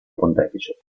pontefice